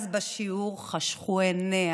בשיעור חשכו עיניה,